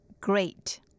great